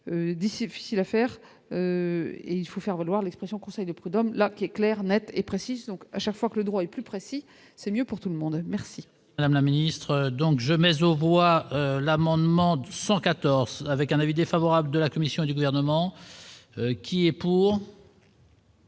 D'si facile à faire et. Faut faire valoir l'expression conseil de prud'hommes là qui est claire, nette et précise, donc à chaque fois que le droit est plus précis, c'est mieux pour tout le monde, merci. Madame la ministre, donc je mais au bois, l'amendement 214 avec un avis défavorable de la commission du gouvernement qui est pour.